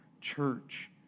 church